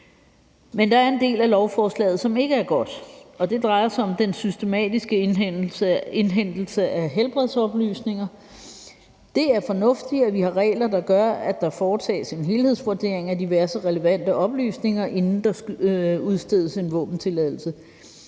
Men der er en del af lovforslaget, som ikke er god, og det drejer sig om den systematiske indhentelse af helbredsoplysninger. Det er fornuftigt, at vi har regler, der gør, at der foretages en helhedsvurdering af diverse relevante oplysninger, inden der udstedes en våbentilladelse,